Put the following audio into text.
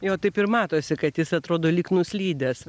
jo taip ir matosi kad jis atrodo lyg nuslydęs